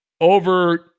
over –